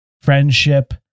friendship